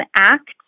Act